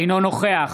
אינו נוכח